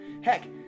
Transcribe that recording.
Heck